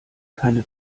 keine